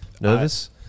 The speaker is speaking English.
nervous